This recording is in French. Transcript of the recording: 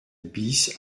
bis